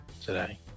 today